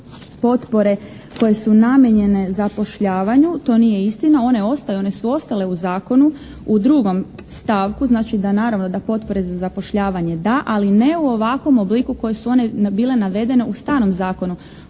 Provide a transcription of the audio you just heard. potpore koje su namijenjene zapošljavanju. To nije istina. One ostaju, one su ostale u zakonu u drugom stavku, znači da naravno da potpore za zapošljavanje da ali ne u ovakvom obliku u kojem su one bile navedene u starom zakonu,